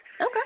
Okay